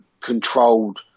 controlled